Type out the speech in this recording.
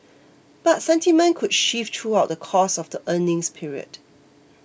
but sentiment could shift throughout the course of the earnings period